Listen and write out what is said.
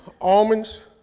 almonds